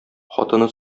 хатыны